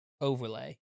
overlay